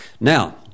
Now